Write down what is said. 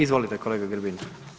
Izvolite kolega Grbin.